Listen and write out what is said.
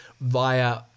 via